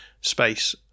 space